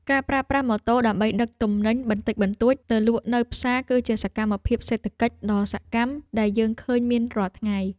ការប្រើប្រាស់ម៉ូតូដើម្បីដឹកទំនិញបន្តិចបន្តួចទៅលក់នៅផ្សារគឺជាសកម្មភាពសេដ្ឋកិច្ចដ៏សកម្មដែលយើងឃើញមានរាល់ថ្ងៃ។